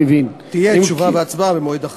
תשובה והצבעה במועד אחר.